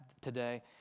today